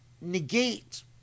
negate